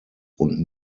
und